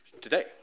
Today